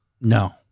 No